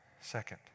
Second